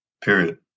Period